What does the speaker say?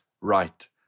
right